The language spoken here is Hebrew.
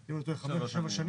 אם אני לא טועה 5 או 7 שנים.